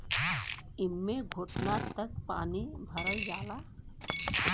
एम्मे घुटना तक पानी भरल जाला